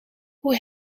hoe